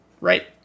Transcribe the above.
right